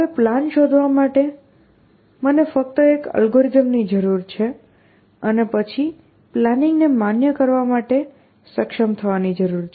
હવે પ્લાન શોધવા માટે મને ફક્ત એક એલ્ગોરિધમ ની જરૂર છે અને પછી પ્લાનિંગને માન્ય કરવા માટે સક્ષમ થવાની જરૂર છે